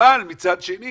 אבל מצד שני